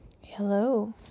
Hello